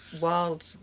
wild